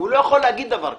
לא יכול להגיד דבר כזה.